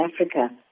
Africa